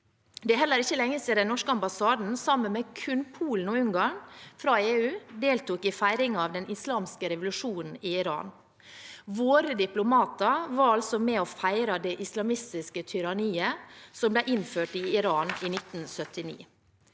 Det er heller ikke lenge siden den norske ambassaden, sammen med kun Polen og Ungarn fra EU, deltok i feiringen av den islamske revolusjonen i Iran. Våre diplomater var altså med og feiret det islamistiske tyranniet som ble innført i Iran i 1979.